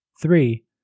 Three